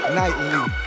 nightly